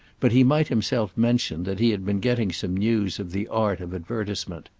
but he might himself mention that he had been getting some news of the art of advertisement.